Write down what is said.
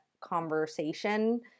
conversation